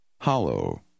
Hollow